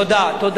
תודה.